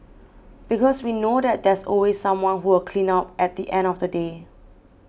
because we know that there's always someone who will clean up at the end of the day